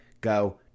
Go